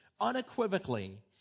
unequivocally